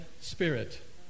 spirit